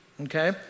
okay